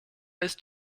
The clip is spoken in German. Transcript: ist